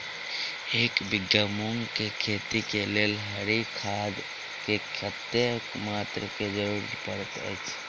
एक बीघा मूंग केँ खेती केँ लेल हरी खाद केँ कत्ते मात्रा केँ जरूरत पड़तै अछि?